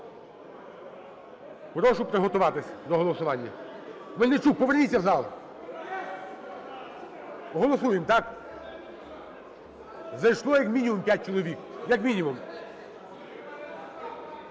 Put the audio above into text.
Прошу приготуватись до голосування. Мельничук, поверніться в зал. Голосуємо, так? Зайшло як мінімум 5 чоловік, як мінімум.